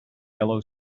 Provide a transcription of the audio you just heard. yellow